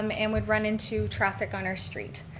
um and would run into traffic on our street.